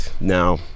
now